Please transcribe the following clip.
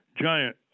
giant